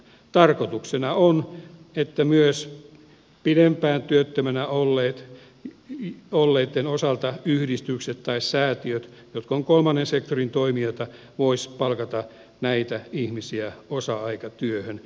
tarkoituksena on että myös pidempään työttömänä olleitten osalta yhdistykset tai säätiöt jotka ovat kolmannen sektorin toimijoita voisivat palkata näitä ihmisiä osa aikatyöhön